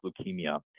leukemia